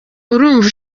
urumva